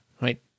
right